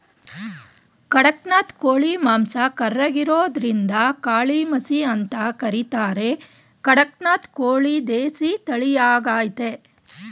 ಖಡಕ್ನಾಥ್ ಕೋಳಿ ಮಾಂಸ ಕರ್ರಗಿರೋದ್ರಿಂದಕಾಳಿಮಸಿ ಅಂತ ಕರೀತಾರೆ ಕಡಕ್ನಾಥ್ ಕೋಳಿ ದೇಸಿ ತಳಿಯಾಗಯ್ತೆ